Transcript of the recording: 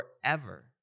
forever